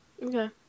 Okay